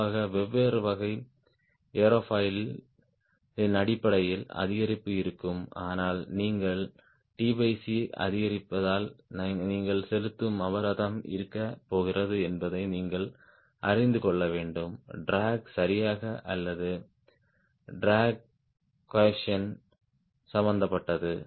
பொதுவாக வெவ்வேறு வகை ஏரோஃபாயிலின் அடிப்படையில் அதிகரிப்பு இருக்கும் ஆனால் நீங்கள் அதிகரிப்பதால் நீங்கள் செலுத்தும் அபராதம் இருக்கப் போகிறது என்பதை நீங்கள் அறிந்து கொள்ள வேண்டும் ட்ராக் சரியாக அல்லது CD ட்ராக் கோஏபிசிஎன்ட் சம்மந்தப்பட்டது